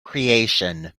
creation